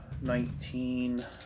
nineteen